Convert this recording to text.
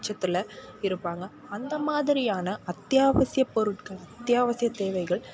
பட்சத்தில் இருப்பாங்க அந்த மாதிரியான அத்தியாவாசிய பொருட்களை அத்தியாவசிய தேவைகள்